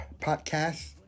podcast